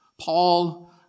Paul